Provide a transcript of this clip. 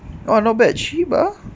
oh not bad cheap ah